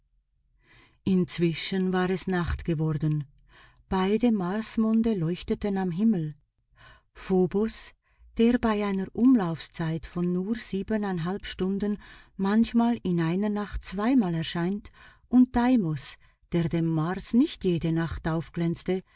inzwischen war es nacht geworden beide marsmonde leuchteten am himmel phobos der bei einer umlaufszeit von nur stunden manchmal in einer nacht zweimal erscheint und deimos der dem mars nicht jede nacht aufglänzt